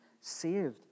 saved